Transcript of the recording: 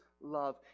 love